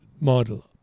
model